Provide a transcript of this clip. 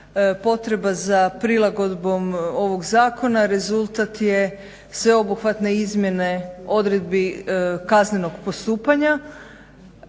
Potreba za prilagodbom ovog zakona rezultat je sveobuhvatne izmjene odredbi kaznenog postupanja.